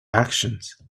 actions